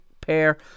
pair